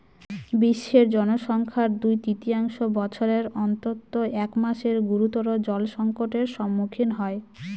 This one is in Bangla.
বিশ্বের জনসংখ্যার দুই তৃতীয়াংশ বছরের অন্তত এক মাস গুরুতর জলসংকটের সম্মুখীন হয়